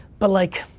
but like,